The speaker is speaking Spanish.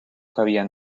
cabía